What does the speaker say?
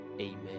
Amen